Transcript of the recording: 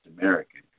American